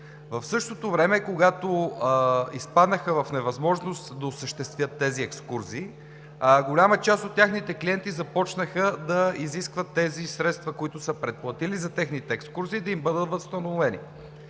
В същото време, когато изпаднаха в невъзможност да осъществят тези екскурзии, голяма част от клиентите им започнаха да изискват тези средства, които са предплатили за екскурзиите си, да им бъдат възстановени.